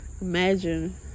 imagine